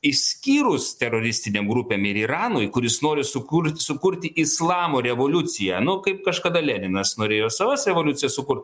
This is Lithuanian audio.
išskyrus teroristinėm grupėm ir iranui kuris nori sukurt sukurti islamo revoliuciją nu kaip kažkada leninas norėjo savas revoliucija sukurt